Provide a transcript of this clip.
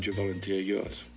volunteer yours?